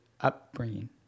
upbringing